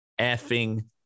effing